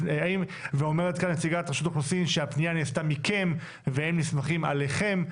ואומרת כאן נציגת רשות האוכלוסין שהפנייה נעשתה מכם והם נסמכים עליכם,